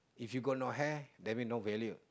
if you got no hair that mean no value